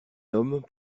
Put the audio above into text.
homme